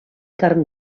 carn